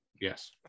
Yes